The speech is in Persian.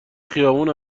خیابون